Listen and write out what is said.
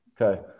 Okay